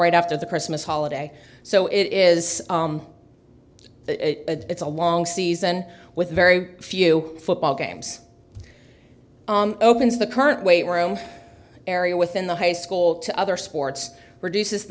right after the christmas holiday so it is a it's a long season with very few football games opens the current weight room area within the high school to other sports reduces